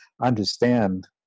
understand